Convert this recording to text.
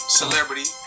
celebrity